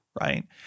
right